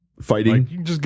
Fighting